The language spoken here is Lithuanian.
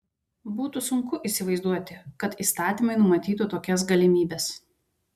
būtų sunku įsivaizduoti kad įstatymai numatytų tokias galimybes